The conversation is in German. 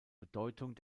bedeutung